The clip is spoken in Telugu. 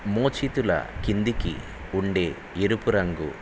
మోచేతుల కిందికి ఉండే ఎరుపు రంగు